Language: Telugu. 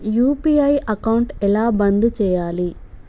యూ.పీ.ఐ అకౌంట్ ఎలా బంద్ చేయాలి?